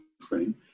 frame